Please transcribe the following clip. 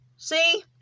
See